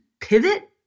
pivot